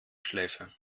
schläfe